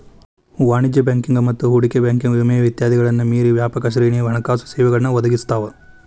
ವಾಣಿಜ್ಯ ಬ್ಯಾಂಕಿಂಗ್ ಮತ್ತ ಹೂಡಿಕೆ ಬ್ಯಾಂಕಿಂಗ್ ವಿಮೆ ಇತ್ಯಾದಿಗಳನ್ನ ಮೇರಿ ವ್ಯಾಪಕ ಶ್ರೇಣಿಯ ಹಣಕಾಸು ಸೇವೆಗಳನ್ನ ಒದಗಿಸ್ತಾವ